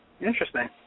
Interesting